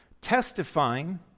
testifying